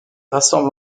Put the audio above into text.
rassemble